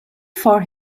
for